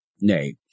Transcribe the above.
Nay